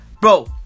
Bro